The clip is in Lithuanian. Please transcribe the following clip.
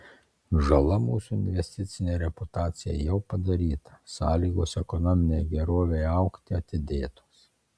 žala mūsų investicinei reputacijai jau padaryta sąlygos ekonominei gerovei augti atidėtos